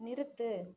நிறுத்து